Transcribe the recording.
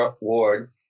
Ward